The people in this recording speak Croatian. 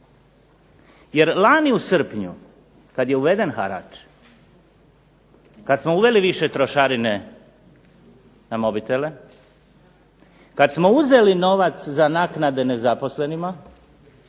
Jer lani u srpnju kad je uveden harač, kad smo uveli više trošarine na mobitele, kad smo uzeli novac za naknade nezaposlenima,